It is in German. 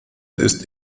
ist